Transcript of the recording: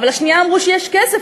אבל השנייה אמרו שיש כסף,